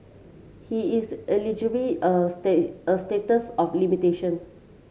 he is a state a statues of limitation